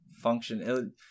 function